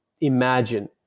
imagine